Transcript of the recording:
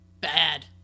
Bad